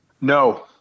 No